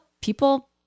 people